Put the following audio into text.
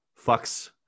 fucks